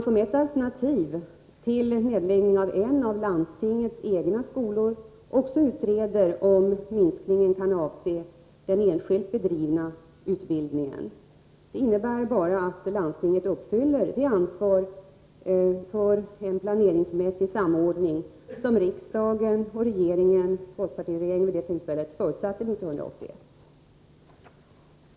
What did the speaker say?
Som ett alternativ till nedläggning av en av landstingets egna skolor utreder man också om minskningen kan avse den enskilt bedrivna utbildningen. Det innebär bara att landstinget uppfyller det ansvar för en planeringsmässig samordning som riksdagen och folkpartiregeringen förutsatte 1981.